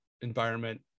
environment